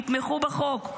תתמכו בחוק.